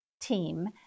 team